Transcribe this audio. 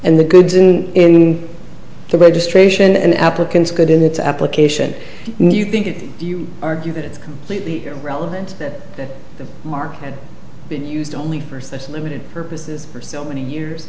and the goods in the registration applicants good in its application and you think it you argue that it's completely irrelevant that the mark had been used only for such limited purposes for so many years